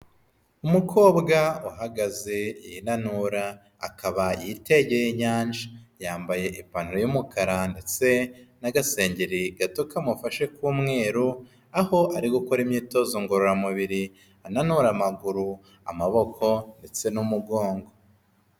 Umukobwa uhagaze yinanura akaba yitegeye inyanja, yambaye ipantaro y'umukara ndetse n'agasengeri gato kamufashe k'umweru aho ari gukora imyitozo ngororamubiri ananura amaguru, amaboko ndetse n'umugongo.